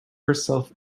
herself